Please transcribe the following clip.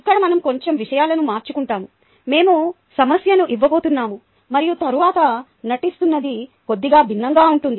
ఇక్కడ మనం కొంచెం విషయాలను మార్చుకుంటాము మేము సమస్యను ఇవ్వబోతున్నాము మరియు తరువాత నటిస్తున్నది కొద్దిగా భిన్నంగా ఉంటుంది